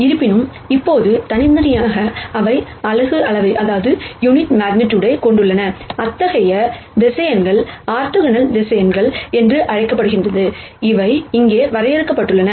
இருப்பினும் இப்போது தனித்தனியாக அவை யூனிட் மக்னியுட் கொண்டுள்ளன அத்தகைய வெக்டர் ஆர்த்தோகனல் வெக்டர் என்று அழைக்கப்படுகின்றன அவை இங்கே வரையறுக்கப்பட்டுள்ளன